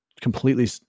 completely